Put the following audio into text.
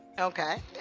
Okay